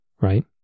right